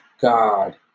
God